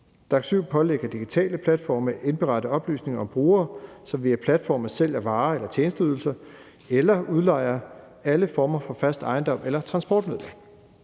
DAC7 pålægger digitale platforme at indberette oplysninger om brugere, som via platforme sælger varer eller tjenesteydelser eller udlejer alle former for fast ejendom eller transportmidler.